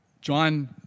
John